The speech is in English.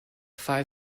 five